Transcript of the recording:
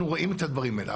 אנחנו רואים את הדברים האלה.